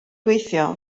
gweithio